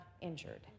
injured